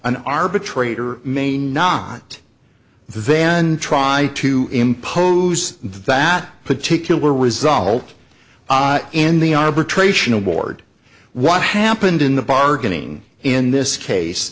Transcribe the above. an arbitrator may not then try to impose that particular result in the arbitration award what happened in the bargaining in this case